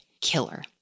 Killer